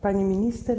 Pani Minister!